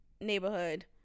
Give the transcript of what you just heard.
neighborhood